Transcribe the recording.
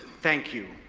thank you.